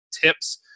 tips